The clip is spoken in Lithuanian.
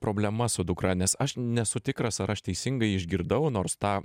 problemas su dukra nes aš nesu tikras ar aš teisingai išgirdau nors tą